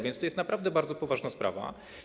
Więc to jest naprawdę bardzo poważna sprawa.